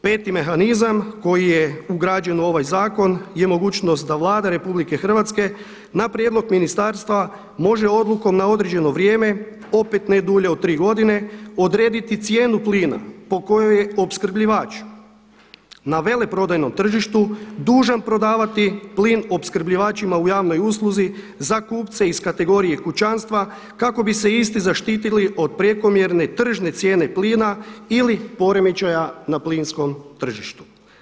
Peti mehanizam koji je ugrađen u ovaj zakon je mogućnost da Vlada RH na prijedlog ministarstva može odlukom na određeno vrijeme opet ne dulje od tri godine odrediti cijenu plina po kojoj je opskrbljivač na veleprodajnom tržištu dužan prodavati plin opskrbljivačima u javnoj usluzi za kupce iz kategorije kućanstva kako bi se isti zaštitili od prekomjerne tržne cijene plina ili poremećaja na plinskom tržištu.